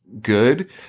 good